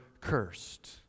cursed